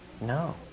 No